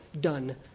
done